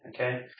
Okay